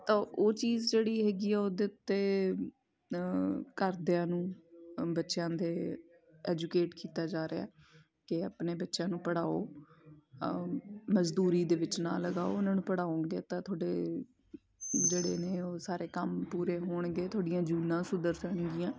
ਤਾਂ ਉਹ ਚੀਜ਼ ਜਿਹੜੀ ਹੈਗੀ ਆ ਉਹਦੇ ਉੱਤੇ ਘਰਦਿਆਂ ਨੂੰ ਬੱਚਿਆਂ ਦੇ ਐਜੂਕੇਟ ਕੀਤਾ ਜਾ ਰਿਹਾ ਕਿ ਆਪਣੇ ਬੱਚਿਆਂ ਨੂੰ ਪੜਾਓ ਮਜ਼ਦੂਰੀ ਦੇ ਵਿੱਚ ਨਾ ਲਗਾਓ ਉਹਨਾਂ ਨੂੰ ਪੜ੍ਹਾਉਂਗੇ ਤਾਂ ਤੁਹਾਡੇ ਜਿਹੜੇ ਨੇ ਉਹ ਸਾਰੇ ਕੰਮ ਪੂਰੇ ਹੋਣਗੇ ਤੁਹਾਡੀਆਂ ਜੂਨਾਂ ਸੁਧਰ ਜਾਣਗੀਆਂ